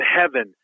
heaven